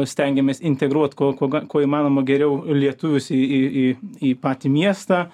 stengėmės integruot kuo kuo ga kuo įmanoma geriau lietuvius į į į į patį miestą